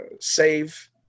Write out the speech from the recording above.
save